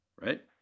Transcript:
right